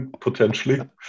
potentially